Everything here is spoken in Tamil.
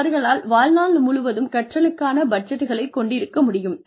அவர்களால் வாழ்நாள் முழுவதும் கற்றலுக்கான பட்ஜட்களை கொண்டிருக்க முடியும்